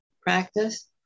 practice